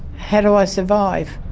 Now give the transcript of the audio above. how do i survive?